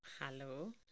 Hello